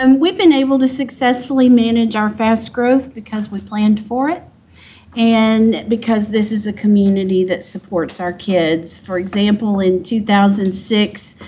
and we've been able to successfully manage our fast growth because we planned for it and because this is a community that supports our kids. for example, in two thousand and six,